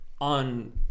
on